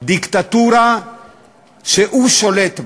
דיקטטורה שהוא שולט בה.